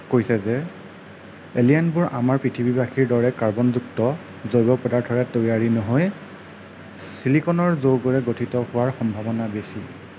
কৈছে যে এলিয়েনবোৰ আমাৰ পৃথিৱীবাসীৰ দৰে কাৰ্বনযুক্ত জৈৱ পদাৰ্থৰে তৈয়াৰী নহৈ চিলিকনৰ যৌগৰে গঠিত হোৱাৰ সম্ভাৱনা বেছি